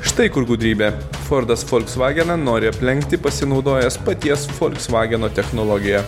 štai kur gudrybė fordas folksvageną nori aplenkti pasinaudojęs paties folksvageno technologija